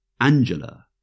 Angela